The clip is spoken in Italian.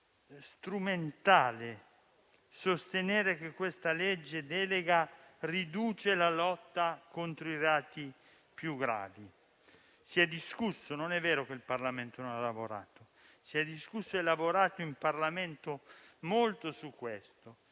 strumentale sostenere che la legge delega riduce la lotta contro i reati più gravi. Si è discusso, non è vero che il Parlamento non ha lavorato; si è discusso e lavorato molto in Parlamento su questo